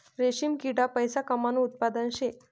रेशीम किडा पैसा कमावानं उत्पादन शे